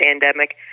pandemic